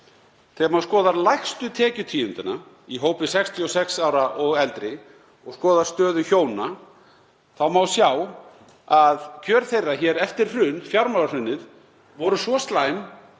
Þegar maður skoðar lægstu tekjutíundina í hópi 66 ára og eldri og skoðar stöðu hjóna má sjá að kjör þeirra hér eftir fjármálahrunið voru svo slæm